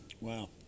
Wow